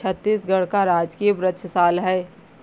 छत्तीसगढ़ का राजकीय वृक्ष साल है